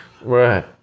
Right